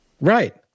Right